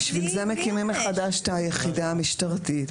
בשביל זה מקימים מחדש את היחידה המשטרתית.